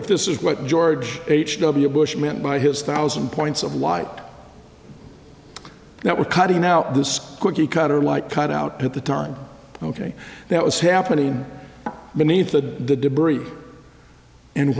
if this is what george h w bush meant by his thousand points of light that we're cutting out this cookie cutter like cut out at the time ok that was happening beneath the debris and